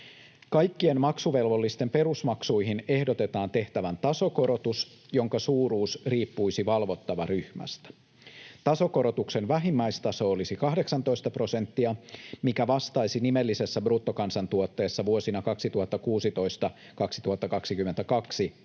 Kaikkien maksuvelvollisten perusmaksuihin ehdotetaan tehtävän tasokorotus, jonka suuruus riippuisi valvottavaryhmästä. Tasokorotuksen vähimmäistaso olisi 18 prosenttia, mikä vastaisi nimellisessä bruttokansantuotteessa vuosina 2016—2022